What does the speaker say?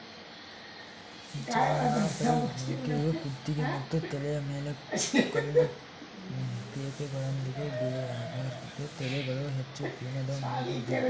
ಜಮ್ನಾಪರಿ ಮೇಕೆಯು ಕುತ್ತಿಗೆ ಮತ್ತು ತಲೆಯ ಮೇಲೆ ಕಂದು ತೇಪೆಗಳೊಂದಿಗೆ ಬಿಳಿಯಾಗಿರ್ತದೆ ತಲೆಗಳು ಹೆಚ್ಚು ಪೀನದ ಮೂಗು ಹೊಂದಿರ್ತವೆ